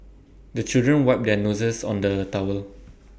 the children wipe their noses on the towel